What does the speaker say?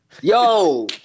Yo